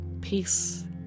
Peace